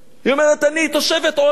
היא אומרת: אני תושבת עולה,